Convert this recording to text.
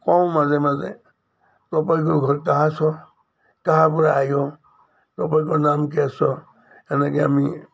কওঁ মাজে মাজে তপকৈ ঘৰত কাঁহা চ কাঁহাপৰা আয়' তপকৈ নাম কে ছ এনেকে আমি